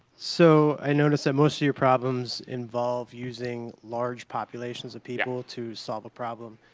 so i noticed that most of your problems involve using large populations of people to solve a problem.